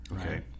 Okay